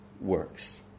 works